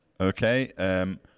Okay